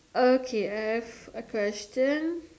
okay I have a question